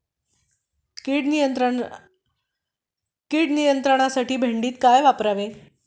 कीड नियंत्रणासाठी भेंडीत काय वापरावे?